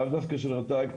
לאו דווקא של רט"ג,